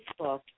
Facebook